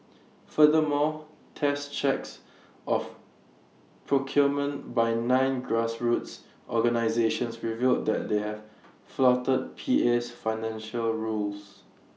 furthermore test checks of procurement by nine grassroots organisations revealed that they have flouted P A's financial rules